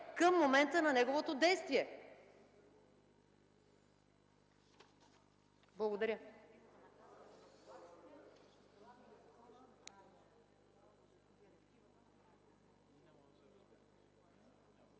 към момента на неговото действие. Благодаря.